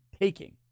taking